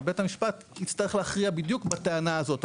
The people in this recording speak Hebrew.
בית המשפט יצטרך להכריע בדיוק בטענה הזאת.